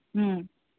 हम्म